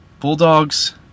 Bulldogs